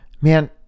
Man